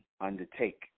undertake